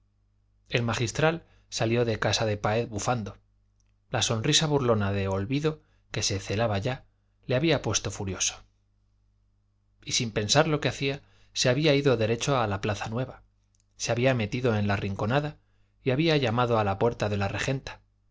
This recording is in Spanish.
el magistral salió de casa de páez bufando la sonrisa burlona de olvido que se celaba ya le había puesto furioso y sin pensar lo que hacía se había ido derecho a la plaza nueva se había metido en la rinconada y había llamado a la puerta de la regenta